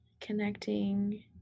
connecting